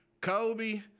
Kobe